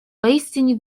поистине